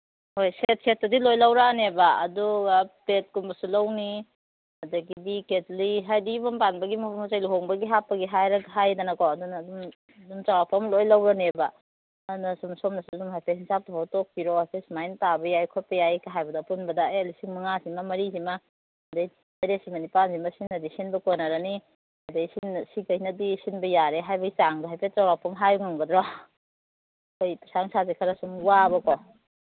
ꯍꯣꯏ ꯁꯦꯠ ꯁꯦꯠꯇꯗꯤ ꯂꯣꯏ ꯂꯧꯔꯛꯑꯅꯦꯕ ꯑꯗꯨꯒ ꯄ꯭ꯂꯦꯠꯀꯨꯝꯕꯁꯨ ꯂꯧꯅꯤ ꯑꯗꯒꯤ ꯀꯦꯇꯂꯤ ꯍꯥꯏꯗꯤ ꯌꯨꯝ ꯑꯃ ꯄꯥꯟꯕꯒꯤ ꯃꯄꯣꯠ ꯃꯆꯩ ꯂꯨꯍꯣꯡꯕꯒꯤ ꯍꯥꯞꯄꯒꯤ ꯍꯥꯏꯗꯅꯀꯣ ꯑꯗꯨꯅ ꯑꯗꯨꯝ ꯑꯗꯨꯝ ꯆꯧꯔꯥꯛꯄ ꯑꯃ ꯂꯣꯏ ꯂꯧꯔꯅꯦꯕ ꯑꯗꯨꯅ ꯁꯨꯝ ꯁꯣꯝꯅꯁꯨ ꯑꯗꯨꯝ ꯍꯥꯏꯐꯦꯠ ꯍꯤꯡꯁꯥꯞꯇꯣ ꯍꯣꯠꯇꯣꯛꯄꯤꯔꯛꯑꯣ ꯁꯦ ꯁꯨꯃꯥꯏ ꯇꯥꯕ ꯌꯥꯏ ꯈꯣꯠꯄ ꯌꯥꯏꯀ ꯍꯥꯏꯕꯗꯣ ꯑꯄꯨꯟꯕꯗ ꯑꯦ ꯂꯤꯁꯤꯡ ꯃꯉꯥꯁꯤꯃ ꯃꯔꯤꯁꯤꯃ ꯑꯗꯩ ꯇꯔꯦꯠꯁꯤꯃ ꯅꯤꯄꯥꯟꯁꯤꯃ ꯁꯤꯅꯗꯤ ꯁꯤꯟꯕ ꯀꯣꯟꯅꯔꯅꯤ ꯑꯗꯒꯤ ꯁꯤꯒꯩꯅꯗꯤ ꯁꯤꯟꯕ ꯌꯥꯔꯦ ꯍꯥꯏꯕꯒꯤ ꯆꯥꯡꯗꯣ ꯍꯥꯏꯐꯦꯠ ꯆꯥꯎꯔꯥꯛꯄ ꯑꯃ ꯍꯥꯏꯕ ꯉꯝꯒꯗ꯭ꯔꯣ ꯑꯩꯈꯣꯏ ꯄꯩꯁꯥ ꯅꯨꯡꯁꯥꯁꯦ ꯈꯔꯁꯨꯝ ꯋꯥꯕꯀꯣ